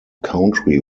country